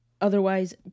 otherwise